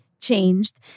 changed